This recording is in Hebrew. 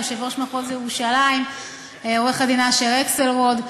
יושב-ראש מחוז ירושלים עורך-הדין אשר אקסלרוד,